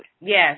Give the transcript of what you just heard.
Yes